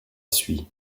suit